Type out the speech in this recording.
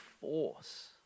force